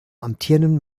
amtierenden